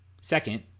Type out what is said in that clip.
Second